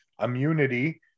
immunity